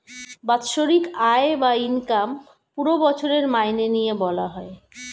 বাৎসরিক আয় বা ইনকাম পুরো বছরের মাইনে নিয়ে বলা হয়